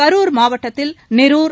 கரூர் மாவட்டத்தில் நெரூர்